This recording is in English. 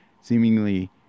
seemingly